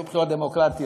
יהיו בחירות דמוקרטיות,